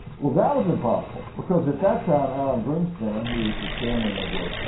well that was impossible because at that time, alan greenspan who was the chairman of the